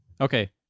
Okay